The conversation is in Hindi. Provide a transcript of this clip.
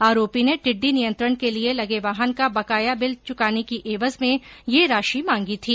आरोपी ने टिडडी नियंत्रण के लिये लगे वाहन का बकाया बिल भुगतान की एवज में यह राशि मांगी थी